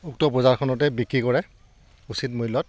উক্ত জাৰখনতে বিক্ৰী কৰে উচিত মূল্যত